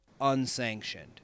unsanctioned